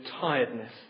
tiredness